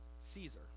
Caesar